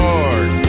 Lord